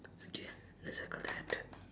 okay let's circle that